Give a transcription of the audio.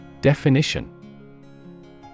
Definition